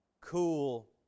cool